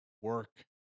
work